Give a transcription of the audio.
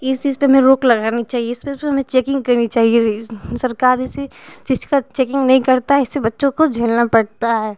इस चीज पर हमें रोक लगानी चाहिए इस पर से हमें चेकिंग करनी चाहिए सरकारी इसी चीज का चेकिंग नहीं करता है इससे बच्चों को झेलना पड़ता है